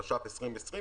התש״ף 2020,